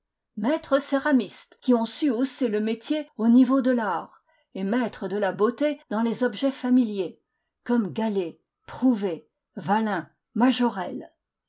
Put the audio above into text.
maîtres céramistes qui ont su hausser le métier au niveau de l'art et mettre de la beauté dans les objets familiers comme galié prouvé vallin majorelle